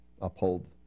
uphold